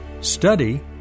study